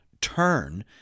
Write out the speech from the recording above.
turn